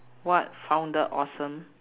what founded awesome